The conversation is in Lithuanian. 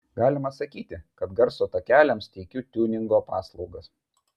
galima sakyti kad garso takeliams teikiu tiuningo paslaugas